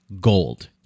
gold